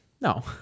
no